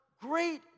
Great